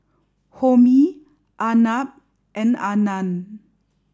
Homi Arnab and Anand